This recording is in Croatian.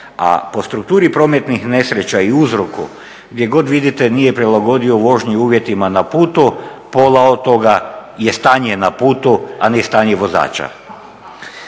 a po strukturi prometnih nesreća i uzroku gdje god vidite nije prilagodio vožnju uvjetima na putu pola od toga je stanje na putu, a ne stanje vozača.